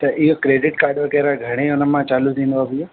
त इहा credit card वग़ैरह घणे हुन मां चालू थींदो आहे हूअ